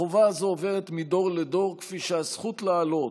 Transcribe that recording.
החובה הזאת עוברת מדור לדור כפי שהזכות לעלות,